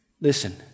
Listen